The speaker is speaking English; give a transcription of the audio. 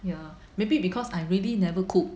ya maybe because I really never cook